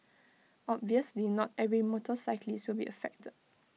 obviously not every motorcyclist will be affected